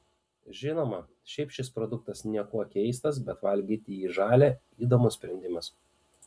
žinoma šiaip šis produktas niekuo keistas bet valgyti jį žalią įdomus sprendimas